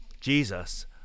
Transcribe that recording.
Jesus